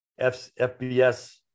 FBS